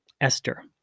Esther